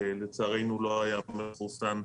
שלצערנו לא היה מחוסן,